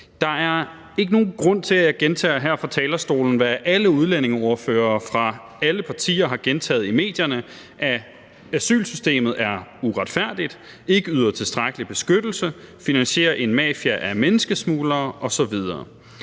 Der er ikke nogen grund til, at jeg gentager her fra talerstolen, hvad alle udlændingeordførere fra alle partier har gentaget i medierne, nemlig at asylsystemet er uretfærdigt, ikke yder tilstrækkelig beskyttelse, finansierer en mafia af menneskesmuglere osv.